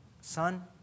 son